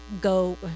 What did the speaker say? go